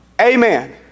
Amen